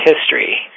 history